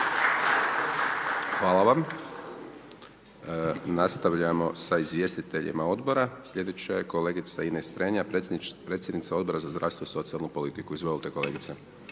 Hvala vam. Nastavljamo sa izvjestiteljima odbora. Sljedeća je kolegica Ines Strenja, predsjednica Odbora za zdravstvo i socijalnu politiku. Izvolite kolegice.